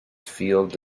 field